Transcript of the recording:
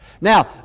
Now